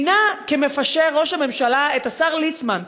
מינה ראש הממשלה כמפשר את השר ליצמן,